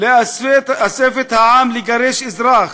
לאספת העם לגרש אזרח,